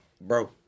Bro